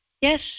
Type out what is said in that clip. Yes